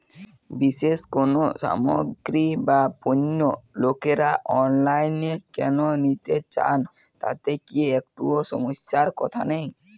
বিশেষ কোনো সামগ্রী বা পণ্য লোকেরা অনলাইনে কেন নিতে চান তাতে কি একটুও সমস্যার কথা নেই?